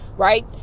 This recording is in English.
Right